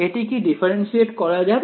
এটি কি ডিফারেনশিয়েট করা যাবে